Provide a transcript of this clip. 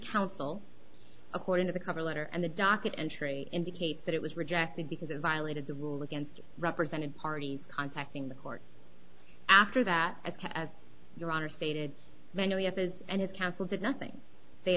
counsel according to the cover letter and the docket entry indicates that it was rejected because it violated the rule against represented parties contacting the court after that as to as your honor stated many of his and his counsel did nothing they